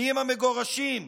מיהם המגורשים?